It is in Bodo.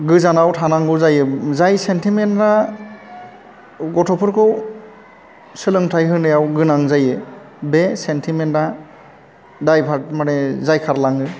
गोजानाव थानांगौ जायो जाय सेन्टिमेन्ट आ गथ'फोरखौ सोलोंथाइ होनायाव गोनां जायो बे सेन्टिमेन्ट आ दाइभार्ट मानि जायखारलाङो